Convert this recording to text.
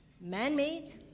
Man-made